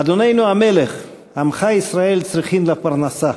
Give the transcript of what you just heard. אדוננו המלך, עמך ישראל צריכין לפרנסה.